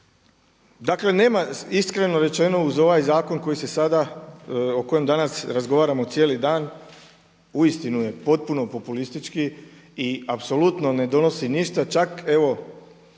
Dakle nema, iskreno rečeno, uz ovaj zakon o kojem danas razgovaramo cijeli dan, uistinu je potpuno populistički i apsolutno ne donosi ništa, čak evo